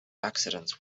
accidents